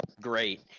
Great